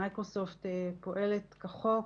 מייקרוסופט פועלת כחוק.